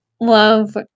love